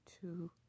two